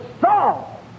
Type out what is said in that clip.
Saul